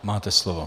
Máte slovo.